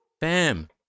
Bam